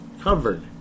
covered